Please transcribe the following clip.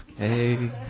okay